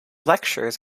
lectures